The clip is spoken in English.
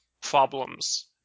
problems